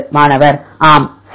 மாணவர் ஆம் சார்